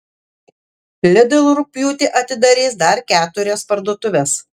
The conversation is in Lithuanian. lidl rugpjūtį atidarys dar keturias parduotuves